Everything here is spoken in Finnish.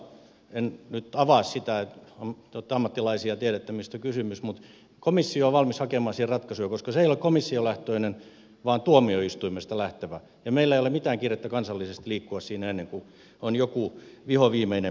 en nyt avaa sitä te olette ammattilaisia ja tiedätte mistä on kysymys mutta komissio on valmis hakemaan siihen ratkaisuja koska se ei ole komissiolähtöinen vaan tuomioistuimesta lähtevä ja meillä ei ole mitään kiirettä kansallisesti liikkua siinä ennen kuin on vihoviimeinen pakko